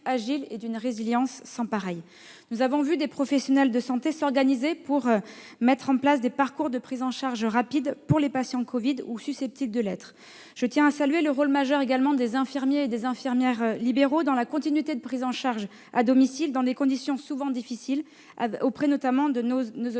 agile et d'une résilience sans pareil. Nous avons vu des professionnels de santé s'organiser pour mettre en place des parcours de prise en charge rapide des patients atteints du Covid-19 ou susceptibles de l'être. Je tiens également à saluer le rôle majeur qu'ont joué les infirmiers libéraux dans la continuité de la prise en charge à domicile, dans des conditions souvent difficiles, notamment auprès